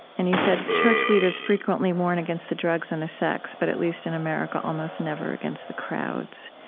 and you said, church leaders frequently warn against the drugs and the sex, but at least, in america, almost never against the crowds.